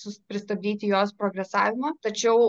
sus pristabdyti jos progresavimą tačiau